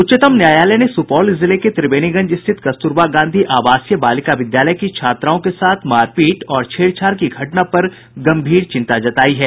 उच्चतम न्यायालय ने सुपौल जिले के त्रिवेणीगंज स्थित कस्तूरबा गांधी आवासीय बालिका विद्यालय की छात्राओं के साथ मारपीट और छेड़छाड़ की घटना पर गंभीर चिंता जतायी है